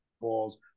balls